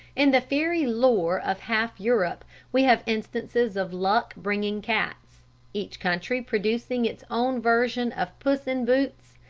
in the fairy lore of half europe we have instances of luck-bringing cats each country producing its own version of puss in boots,